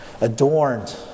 adorned